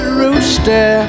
rooster